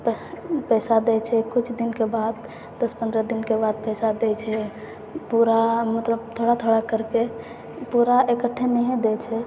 पइसा दै छै किछु दिनके बाद दस पनरह दिनके बाद पइसा दै छै पूरा मतलब थोड़ा थोड़ा करिके पूरा इक्कठ्ठे नहिए दै छै